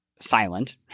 silent